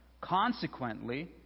consequently